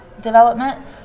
development